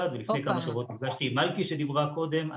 ולפני כמה שבועות נפגשתי על מלכי שדיברה קודם.